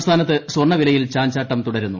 സംസ്ഥാനത്ത് സ്വർണ്ണ വിലയിൽ ചാഞ്ചാട്ടം തുടരുന്നു